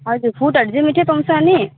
हजुर फुडहरू चाहिँ मिठै पाउँछ अनि